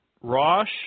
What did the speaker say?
Rosh